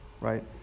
right